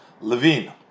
Levine